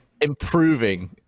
improving